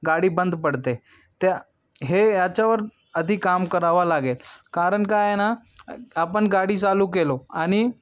गाडी बंद पडते त्या हे याच्यावर अधिक काम करावा लागेल कारण काय आहे ना आपण गाडी चालू केलो आणि